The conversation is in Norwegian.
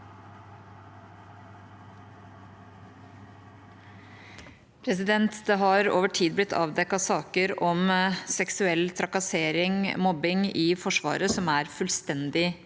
Det har over tid blitt avdekket saker om seksuell trakassering og mobbing i Forsvaret som er fullstendig